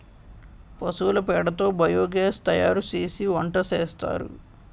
పశువుల పేడ తో బియోగాస్ తయారుసేసి వంటసేస్తారు